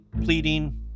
pleading